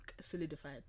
solidified